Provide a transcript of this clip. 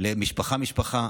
משפחה-משפחה,